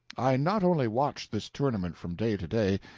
i not only watched this tournament from day to day,